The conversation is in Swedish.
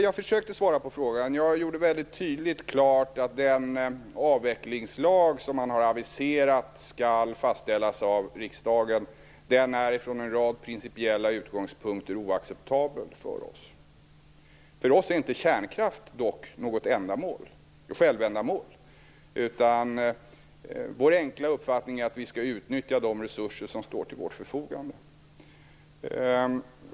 Jag försökte svara på Lennart Daléus fråga och gjorde tydligt klart att den avvecklingslag som har aviserats skall fastställas av riksdagen och att den från en rad principiella utgångspunkter är oacceptabel för oss. För oss är kärnkraft dock inget självändamål. Vår enkla uppfattning är att vi skall utnyttja de resurser som står till vårt förfogande.